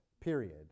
period